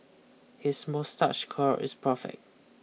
his moustache curl is perfect